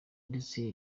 ndetse